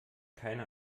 keine